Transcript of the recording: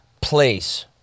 place